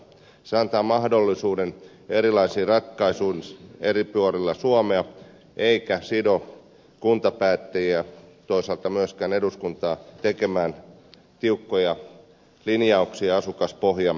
se antaa mahdollisuuden erilaisiin ratkaisuihin eri puolilla suomea eikä sido kuntapäättäjiä toisaalta myöskään eduskuntaa tekemään tiukkoja linjauksia asukaspohjan perusteella